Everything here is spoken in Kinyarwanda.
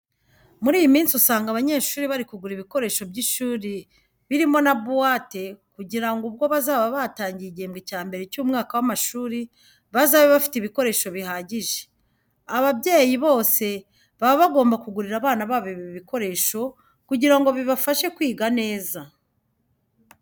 Muri iyi minsi usanga abanyeshuri bari kugura ibikoresho by'ishuri birimo na buwate kugira ngo ubwo bazaba batangiye igihembwe cya mbere cy'umwaka w'amashuri, bazabe bafite ibikoresho bihagije. Ababyeyi bose baba bagomba kugurira abana babo ibi bikoresho kugira ngo bibafashe kwiga neza.